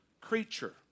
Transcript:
creature